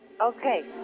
Okay